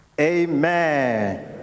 amen